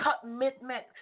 Commitment